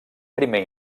primer